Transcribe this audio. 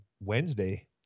Wednesday